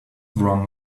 wrong